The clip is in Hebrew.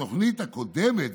ובתוכנית הקודמת,